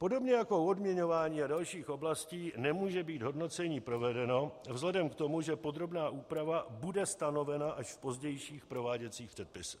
Podobně jako u odměňování a dalších oblastí nemůže být hodnocení provedeno, vzhledem k tomu, že podrobná úprava bude stanovena až v pozdějších prováděcích předpisech.